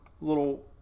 little